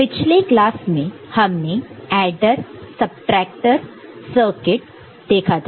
पिछले क्लास में हमने एडर सब्सट्रैक्टर सर्किट देखा था